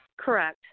Correct